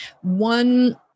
One